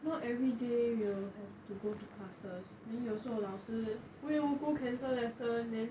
not every day you will have to go to classes then 有时候老师无缘无故 cancel lesson then